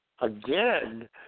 again